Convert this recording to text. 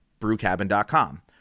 brewcabin.com